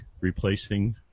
replacing